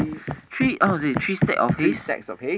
three stack of hay